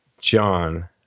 John